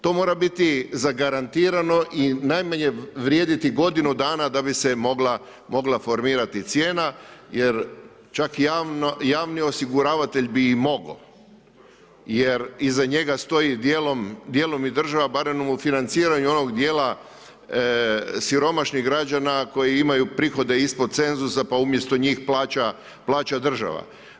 To mora biti zagarantirano i najmanje vrijediti godinu dana da bi se mogla formirati cijena jer čak i javni osiguravatelj bi i mogao jer iza njega stoji dijelom i država u financiranju onog dijela siromašnih građana koji imaju prihode ispod cenzusa pa umjesto njih plaća država.